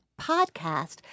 podcast